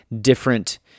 different